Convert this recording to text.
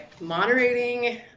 moderating